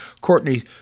Courtney